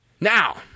Now